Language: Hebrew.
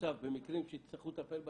במקרים שתצטרכו לטפל בהם.